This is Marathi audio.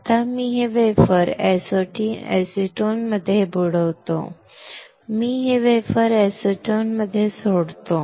आता मी हे वेफर एसीटोन मध्ये बुडवतो मी हे वेफर एसीटोन मध्ये सोडतो